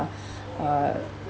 uh